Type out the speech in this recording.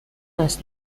است